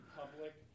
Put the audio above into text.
public